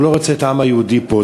הוא לא רוצה את העם היהודי פה.